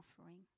offering